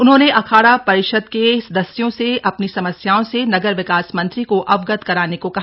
उन्होंने अखाड़ा परिषद के सदस्यों से अपनी समस्याओं से नगर विकास मंत्री को अवगत कराने को कहा